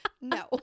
No